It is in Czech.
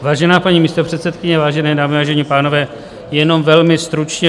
Vážená paní místopředsedkyně, vážené dámy, vážení pánové, jenom velmi stručně.